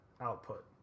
output